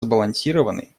сбалансированный